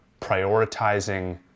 prioritizing